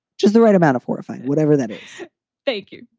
just the right amount of horrifying, whatever that is thank you.